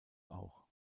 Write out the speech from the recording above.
auch